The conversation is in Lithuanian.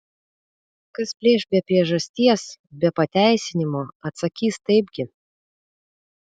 kas plėš be priežasties be pateisinimo atsakys taipgi